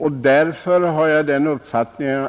Nu menar jag att vi måste erkänna